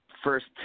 first